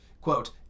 Quote